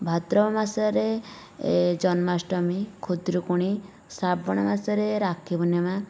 ଭାଦ୍ରବ ମାସରେ ଜନ୍ମାଷ୍ଟମୀ ଖୁଦୁରୁକୁଣୀ ଶ୍ରାବଣ ମାସରେ ରାକ୍ଷୀପୂର୍ଣିମା